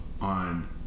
on